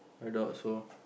I doubt so